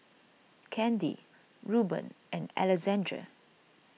Kandy Ruben and Alexandre